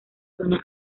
zona